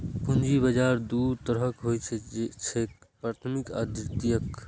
पूंजी बाजार दू तरहक होइ छैक, प्राथमिक आ द्वितीयक